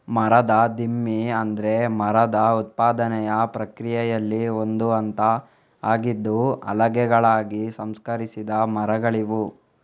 ಮರದ ದಿಮ್ಮಿ ಅಂದ್ರೆ ಮರದ ಉತ್ಪಾದನೆಯ ಪ್ರಕ್ರಿಯೆಯಲ್ಲಿ ಒಂದು ಹಂತ ಆಗಿದ್ದು ಹಲಗೆಗಳಾಗಿ ಸಂಸ್ಕರಿಸಿದ ಮರಗಳಿವು